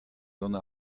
gant